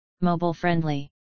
Mobile-friendly